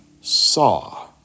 saw